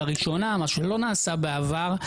מה שלא נעשה בעבר,